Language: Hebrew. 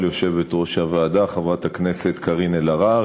יושבת-ראש הוועדה חברת הכנסת קארין אלהרר,